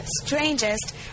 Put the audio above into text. strangest